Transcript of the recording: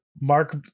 Mark